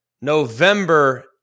November